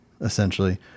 essentially